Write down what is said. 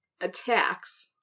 attacks